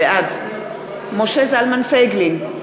בעד משה זלמן פייגלין,